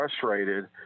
frustrated